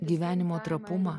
gyvenimo trapumą